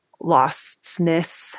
lostness